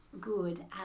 good